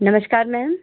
नमस्कार मैम